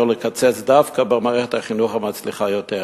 ולקצץ דווקא במערכת החינוך המצליחה יותר.